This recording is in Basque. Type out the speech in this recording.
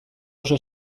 oso